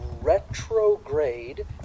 retrograde